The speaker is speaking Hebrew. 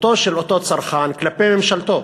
זכותו של אותו צרכן כלפי ממשלתו